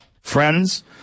Friends